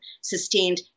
sustained